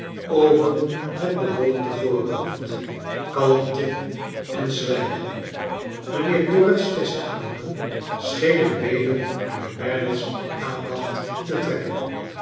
over het bewolkte voorhoofd kalmte en zwijgen mijnheer dorrit's vestknoopen schenen weder mijnheer merdle's aandacht te trekken